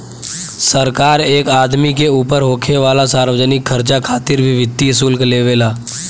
सरकार एक आदमी के ऊपर होखे वाला सार्वजनिक खर्चा खातिर भी वित्तीय शुल्क लेवे ला